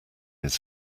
his